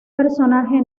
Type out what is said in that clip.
personaje